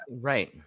Right